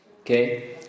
Okay